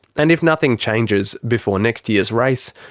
and if nothing changes before next year's race,